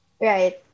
Right